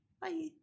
bye